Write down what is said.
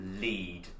lead